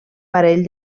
parell